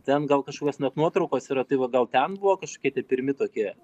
ten gal kažkokios net nuotraukos yra tai va gal ten buvo kažkokie tie pirmi tokie